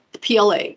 PLA